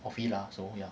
of it lah so ya